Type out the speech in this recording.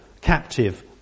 captive